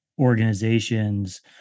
organizations